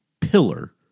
pillar